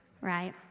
right